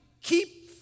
keep